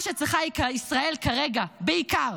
מה שצריכה ישראל כרגע בעיקר